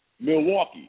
Milwaukee